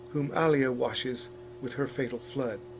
whom allia washes with her fatal flood.